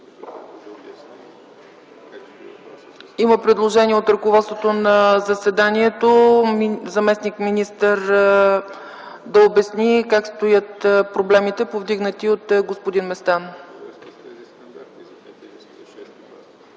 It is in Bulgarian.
Има предложение от ръководството на заседанието заместник-министърът да обясни как стоят проблемите, повдигнати от господин Местан.